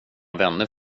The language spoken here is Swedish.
vänner